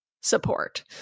support